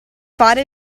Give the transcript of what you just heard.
fare